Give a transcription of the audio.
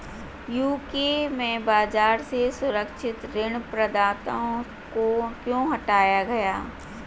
UK में बाजार से सुरक्षित ऋण प्रदाताओं को क्यों हटाया गया?